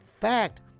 fact